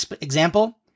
example